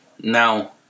Now